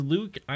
Luke